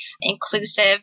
inclusive